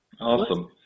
Awesome